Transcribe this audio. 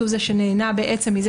הוא זה שנהנה בעצם מזה